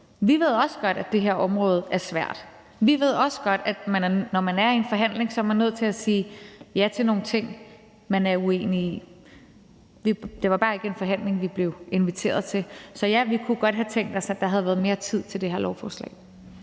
Vi ved også godt, det her område er svært; vi ved også godt, at når man er i en forhandling, er man nødt til at sige ja til nogle ting, man er uenig i. Det var bare ikke en forhandling, vi blev inviteret til. Så ja, vi kunne godt have tænkt os, at der havde været mere tid til det her lovforslag.